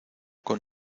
con